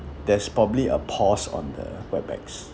there's probably a pause on the webex